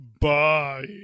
Bye